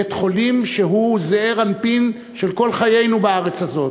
בית-חולים שהוא זעיר אנפין של כל חיינו בארץ הזאת,